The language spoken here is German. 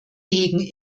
hegen